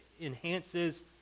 enhances